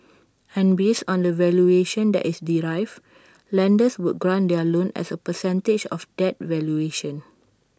and based on the valuation that is derived lenders would grant their loan as A percentage of that valuation